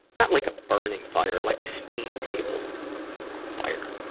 not like a burning fire, like a steam table fire.